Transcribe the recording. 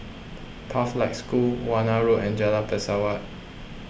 Pathlight School Warna Road and Jalan Pesawat